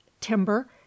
timber